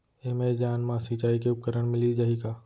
Amazon मा सिंचाई के उपकरण मिलिस जाही का?